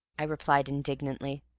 i replied indignantly.